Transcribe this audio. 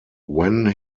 when